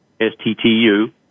STTU